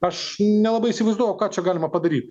aš nelabai įsivaizduoju ką čia galima padaryt